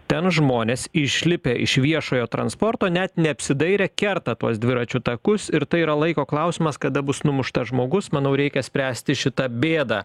ten žmonės išlipę iš viešojo transporto net neapsidairę kerta tuos dviračių takus ir tai yra laiko klausimas kada bus numuštas žmogus manau reikia spręsti šitą bėdą